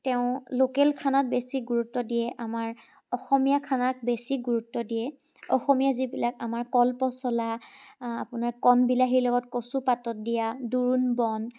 তেওঁ লোকেল খানাত বেছি গুৰুত্ব দিয়ে আমাৰ অসমীয়া খানাক বেছি গুৰুত্ব দিয়ে অসমীয়া আমাৰ যিবিলাক কল পচলা আপোনাৰ কণ বিলাহীৰ লগত কচু পাতত দিয়া দোৰোণ বন